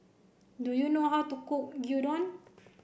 do you know how to cook Gyudon